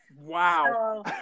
wow